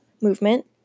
movement